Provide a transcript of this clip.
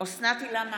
אוסנת הילה מארק,